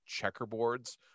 checkerboards